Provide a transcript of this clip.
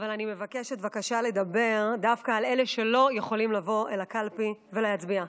אבל אני מבקשת לדבר דווקא על אלה שלא יכולים לבוא אל הקלפי ולהצביע,